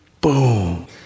boom